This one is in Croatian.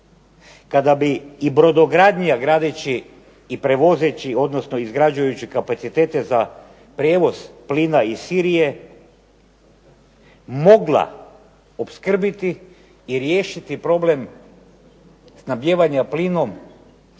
kada bi brodogradnja gradeći i prevozeći odnosno izgrađujući kapacitete za prijevoz plina iz Sirije mogla opskrbiti i riješiti problem snabdijevanja plinom